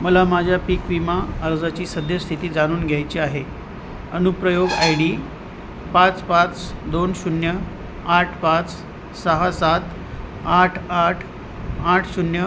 मला माझ्या पीक विमा अर्जाची सद्यस्थिती जाणून घ्यायची आहे अनुप्रयोग आय डी पाच पाच दोन शून्य आठ पाच सहा सात आठ आठ आठ शून्य